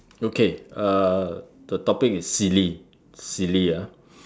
okay uh the topic is silly silly ah